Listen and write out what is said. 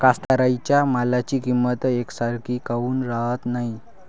कास्तकाराइच्या मालाची किंमत यकसारखी काऊन राहत नाई?